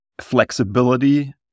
flexibility